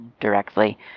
directly